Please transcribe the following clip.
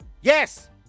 Yes